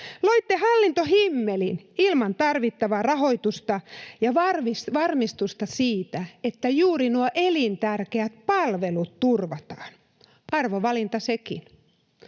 Loitte hallintohimmelin ilman tarvittavaa rahoitusta ja varmistusta siitä, että juuri nuo elintärkeät palvelut turvataan — arvovalinta sekin.